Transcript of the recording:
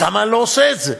אז למה אני לא עושה את זה?